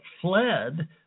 fled